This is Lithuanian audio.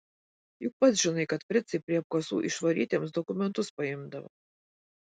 juk pats žinai kad fricai prie apkasų išvarytiems dokumentus paimdavo